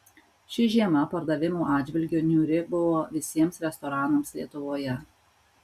ši žiema pardavimų atžvilgiu niūri buvo visiems restoranams lietuvoje